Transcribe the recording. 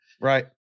Right